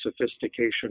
sophistication